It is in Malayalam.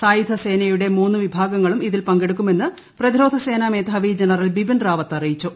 സായുധസേനയുടെ മൂന്നു വിഭാഗങ്ങളും ഇതിൽ പങ്കെടുക്കുമെന്ന് പ്രതിരോധ സേനാ മേധാവി ജനറൽ ബിപിൻ റാവത്ത് അറിയിച്ചു